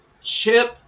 Chip